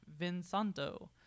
Vinsanto